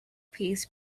paste